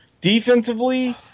defensively